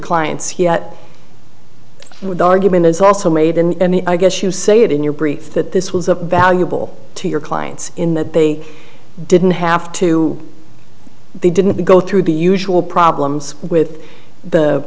clients he would argument is also made in the i guess you say it in your brief that this was a valuable to your clients in that they didn't have to they didn't go through the usual problems with the